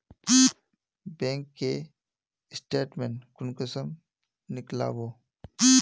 Bank के statement कुंसम नीकलावो?